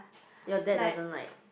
your dad doesn't like